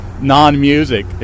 non-music